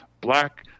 black